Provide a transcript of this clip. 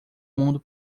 mundo